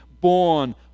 born